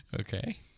Okay